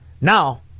now